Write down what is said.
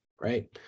Right